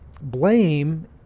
Blame